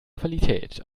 qualität